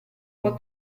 può